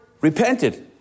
repented